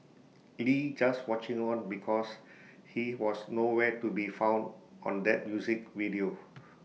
lee just watching on because he was no where to be found on that music video